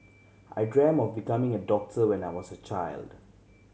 I dreamt of becoming a doctor when I was a child